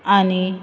आनी